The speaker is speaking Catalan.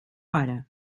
ara